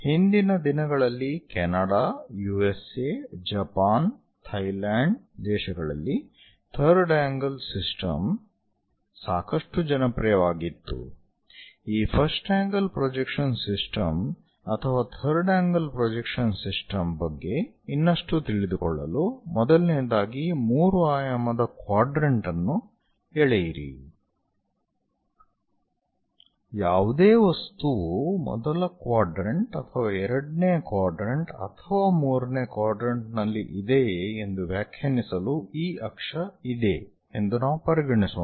ಹಿಂದಿನ ದಿನಗಳಲ್ಲಿ Canada USA Japan Thailand ದೇಶಗಳಲ್ಲಿ ಥರ್ಡ್ ಆಂಗಲ್ ಸಿಸ್ಟಮ್ ಸಾಕಷ್ಟು ಜನಪ್ರಿಯವಾಗಿತ್ತು ಈ ಫಸ್ಟ್ ಆಂಗಲ್ ಪ್ರೊಜೆಕ್ಷನ್ ಸಿಸ್ಟಮ್ ಅಥವಾ ಥರ್ಡ್ ಆಂಗಲ್ ಪ್ರೊಜೆಕ್ಷನ್ ಸಿಸ್ಟಮ್ ಬಗ್ಗೆ ಇನ್ನಷ್ಟು ತಿಳಿದುಕೊಳ್ಳಲು ಮೊದಲನೆಯದಾಗಿ 3 ಆಯಾಮದ ಕ್ವಾಡ್ರೆಂಟ್ ಅನ್ನು ಎಳೆಯಿರಿ ಯಾವುದೇ ವಸ್ತುವು ಮೊದಲ ಕ್ವಾಡ್ರೆಂಟ್ ಅಥವಾ ಎರಡನೆಯ ಕ್ವಾಡ್ರೆಂಟ್ ಅಥವಾ ಮೂರನೆಯ ಕ್ವಾಡ್ರೆಂಟ್ ನಲ್ಲಿ ಇದೆಯೇ ಎಂದು ವ್ಯಾಖ್ಯಾನಿಸಲು ಈ ಅಕ್ಷ ಇದೆ ಎಂದು ನಾವು ಪರಿಗಣಿಸೋಣ